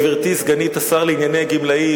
גברתי סגנית השר לענייני גמלאים,